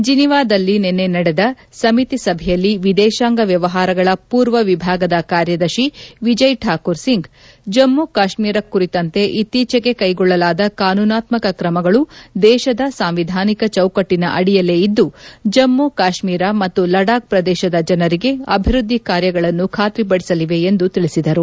ಜಿನೀವಾದಲ್ಲಿ ನಿನ್ನೆ ನಡೆದ ಸಮಿತಿ ಸಭೆಯಲ್ಲಿ ವಿದೇಶಾಂಗ ವ್ವವಹಾರಗಳ ಪೂರ್ವ ವಿಭಾಗದ ಕಾರ್ಯದರ್ಶಿ ವಿಜಯ್ ಠಾಕೂರ್ ಸಿಂಗ್ ಜಮ್ಮು ಕಾಶ್ಮೀರ ಕುರಿತಂತೆ ಇತ್ತೀಚೆಗೆ ಕೈಗೊಳ್ಳಲಾದ ಕಾನೂನಾತ್ದಕ ಕ್ರಮಗಳು ದೇಶದ ಸಾಂವಿಧಾನಿಕ ಚೌಕಟ್ಟನ ಅಡಿಯಲ್ಲೇ ಇದ್ದು ಜಮ್ಮು ಕಾಶ್ಮೀರ ಮತ್ತು ಲಡಾಖ್ ಪ್ರದೇಶದ ಜನರಿಗೆ ಅಭಿವೃದ್ಧಿ ಕಾರ್ಯಗಳನ್ನು ಬಾತ್ರಿಪಡಿಸಲಿವೆ ಎಂದು ತಿಳಿಸಿದರು